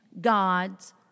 God's